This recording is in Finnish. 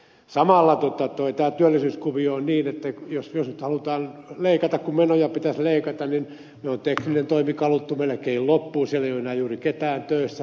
samalla tämä työllisyyskuvio on niin jos nyt halutaan leikata kun menoja pitäisi leikata että tekninen toimi on kaluttu melkein loppuun siellä ei ole enää juuri ketään töissä